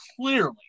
clearly